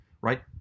right